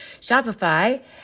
Shopify